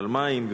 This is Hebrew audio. ועל מים,